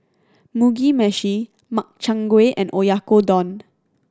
Mugi Meshi Makchang Gui and Oyakodon